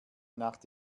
nacht